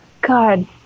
God